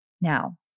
Now